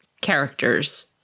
characters